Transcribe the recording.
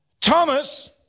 Thomas